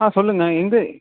ஆ சொல்லுங்கள்ண்ண எந்த